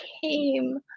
came